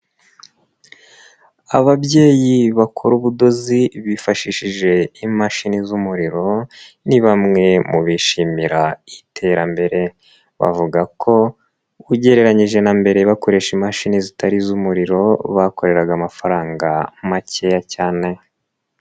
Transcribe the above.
Ababyeyi bakora ubudozi bifashishije imashini z'umuriro, ni bamwe mu bishimira iterambere, bavuga ko ugereranyije na mbere bakoresha imashini zitari iz'umuriro, bakoreraga amafaranga makeya cyane.